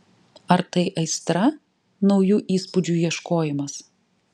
ar tai aistra naujų įspūdžių ieškojimas